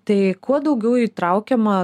tai kuo daugiau įtraukiama